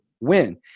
win